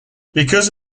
because